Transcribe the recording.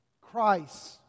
Christ